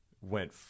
went